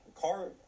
car